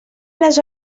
les